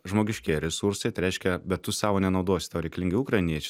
žmogiškieji resursai tai reiškia bet tu savo nenaudosi tau reikalingi ukrainiečiai